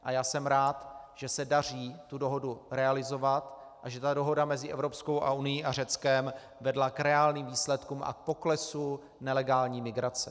A já jsem rád, že se daří dohodu realizovat a že dohoda mezi Evropskou unií a Řeckem vedla k reálným výsledkům a poklesu nelegální migrace.